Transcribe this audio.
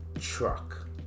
truck